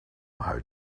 how